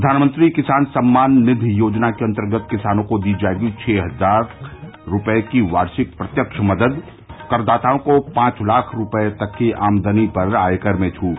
प्रधानमंत्री किसान सम्मान निधि योजना के अन्तर्गत किसानों को दी जायेगी छः हजार रूपये की वार्षिक प्रत्यक्ष मदद करदाताओं को पांच लाख रूपये तक की आमदनी पर आयकर में छूट